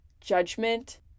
judgment